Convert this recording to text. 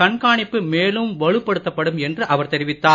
கண்காணிப்பு மேலும் வலுப்படுத்தப் படும் என்று அவர் தெரிவித்தார்